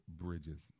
bridges